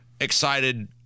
excited